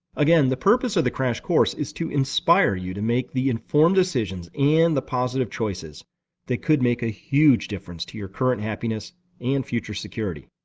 again the purpose of the crash course is to inspire you to make the informed decisions and the positive choices that could make a huge difference to your current happiness and future security.